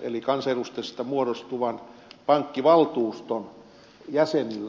eli kansanedustajista muodostuvan pankkivaltuuston jäsenille ohjeita